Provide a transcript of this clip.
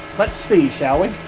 let's see shall we